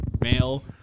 male